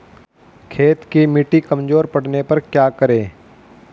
खेत की मिटी कमजोर पड़ने पर क्या करें?